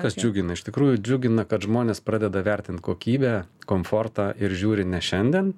kas džiugina iš tikrųjų džiugina kad žmonės pradeda vertint kokybę komfortą ir žiūri ne šiandien